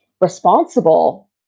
responsible